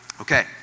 Okay